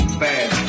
bad